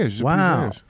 Wow